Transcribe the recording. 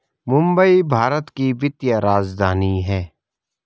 मुंबई भारत की वित्तीय राजधानी है